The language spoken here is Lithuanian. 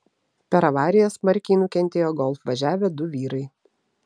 per avariją smarkiai nukentėjo golf važiavę du vyrai